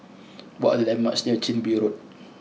what are the landmarks near Chin Bee Road